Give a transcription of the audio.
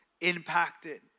impacted